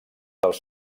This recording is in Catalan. dels